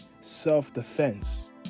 self-defense